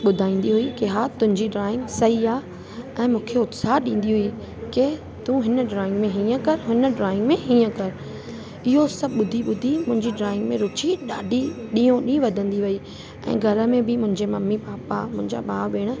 ॿुधाईंदी हुई की हा तुंहिंजी ड्रॉइंग सही आहे ऐं मूंखे उत्साह ॾींदी हुई की तूं हिन ड्रॉइंग में हीअं कर हिन ड्रॉइंग में हीअं कर इहो सभु ॿुधी ॿुधी मुंहिंजी ड्रॉइंग में रुचि ॾाढी ॾींहों ॾींहुं वधंदी वई ऐं घर में बि मुंहिंजे मम्मी पापा मुंहिंजा भाउ भेण